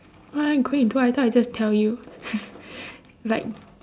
why I go and do I thought I just tell you like